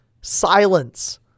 Silence